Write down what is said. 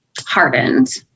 hardened